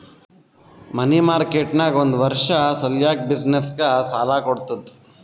ಮನಿ market ನಾಗ್ ಒಂದ್ ವರ್ಷ ಸಲ್ಯಾಕ್ ಬಿಸಿನ್ನೆಸ್ಗ ಸಾಲಾ ಕೊಡ್ತುದ್